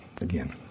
Again